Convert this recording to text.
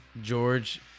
George